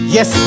Yes